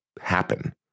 happen